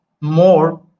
more